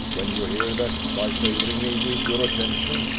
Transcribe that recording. when you hear that, by favouring me with your attention,